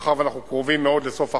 מאחר שאנחנו קרובים מאוד לסוף החודש,